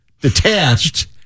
detached